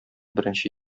беренче